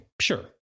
Sure